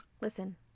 Listen